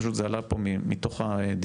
פשוט זה עלה פה מתוך הדיון.